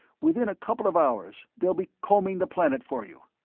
within a couple of hours, they'll be combing the planet for you,